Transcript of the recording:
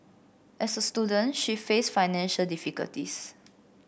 as a student she faced financial difficulties